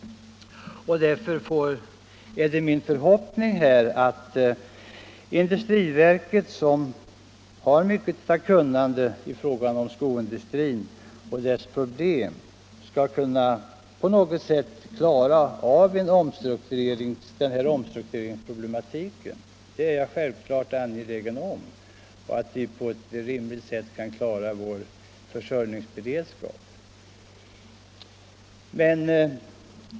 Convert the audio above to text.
Därför är det min förhoppning att industriverket, som har mycket av kunnande i fråga om skoindustrin och dess problem, på något sätt skall kunna klara av omstruktureringsproblematiken. Jag är naturligtvis angelägen om att vi på ett rimligt sätt kan klara vår försörjningsberedskap.